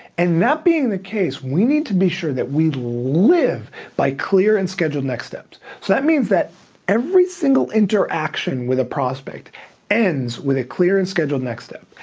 and that being the case, we need to be sure that we live by clear and scheduled next steps. so that means that every single interaction with a prospect ends with a a clear and scheduled next step.